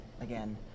again